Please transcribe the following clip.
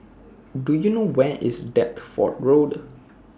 Do YOU know Where IS Deptford Road